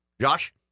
josh